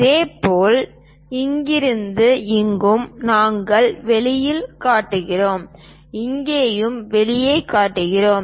இதேபோல் இங்கிருந்து இங்கும் நாங்கள் வெளியில் காட்டுகிறோம் இங்கேயும் வெளியே காட்டுகிறோம்